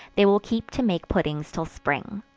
they will keep to make puddings till spring.